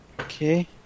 Okay